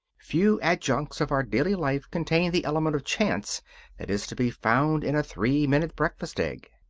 few adjuncts of our daily life contain the element of chance that is to be found in a three-minute breakfast egg.